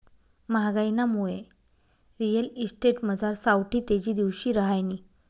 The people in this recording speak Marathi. म्हागाईनामुये रिअल इस्टेटमझार सावठी तेजी दिवशी रहायनी